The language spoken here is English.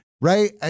right